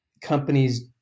companies